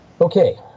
Okay